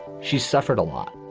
she's suffered a lot.